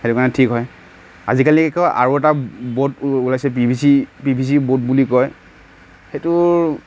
সেইটো কাৰণে ঠিক হয় আজিকালি আকৌ আৰু এটা বৰ্ড ওলাইছে P V C P V C board বুলি কয় সেইটোৰ